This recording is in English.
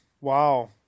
wow